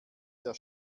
der